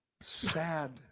sad